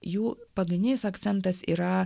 jų pagrindinis akcentas yra